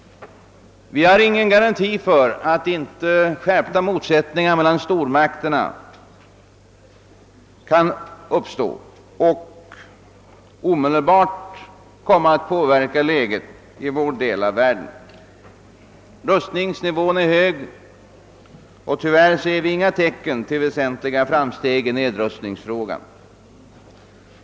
Vi har ingen garanti för att inte skärpta motsättningar mellan stormakterna kan uppstå och omedelbart komma att påverka läget i vår del av världen. Rustningsnivån är hög och tyvärr ser vi inga tecken till väsentliga framsteg i nedrustningsfrågan.